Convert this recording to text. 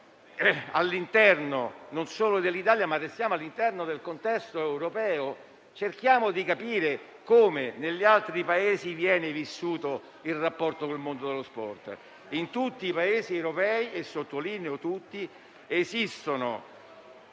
alla situazione italiana, anche all'interno del contesto europeo, cercando di capire come negli altri Paesi viene vissuto il rapporto con il mondo dello sport. In tutti i Paesi europei - lo sottolineo: tutti - esistono